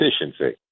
efficiency